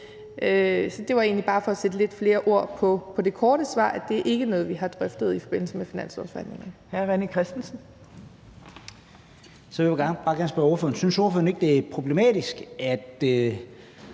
Så det var egentlig bare for at sætte lidt flere ord på det korte svar, nemlig at det ikke er noget, vi har drøftet i forbindelse med finanslovsforhandlingerne.